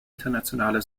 internationale